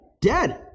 Dead